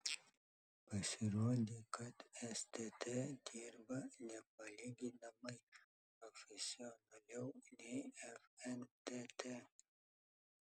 pasirodė kad stt dirba nepalyginamai profesionaliau nei fntt